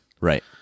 Right